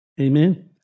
Amen